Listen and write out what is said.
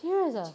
serious ah